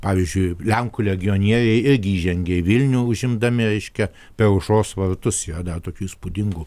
pavyzdžiui lenkų legionieriai irgi įžengė į vilnių užimdami reiškia per aušros vartus yra dar tokių įspūdingų